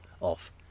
off